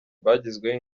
bagizweho